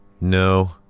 No